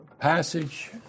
passage